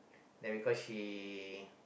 then because she